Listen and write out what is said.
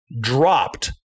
dropped